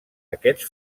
aquests